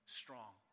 strong